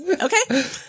Okay